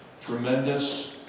tremendous